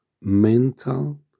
Mental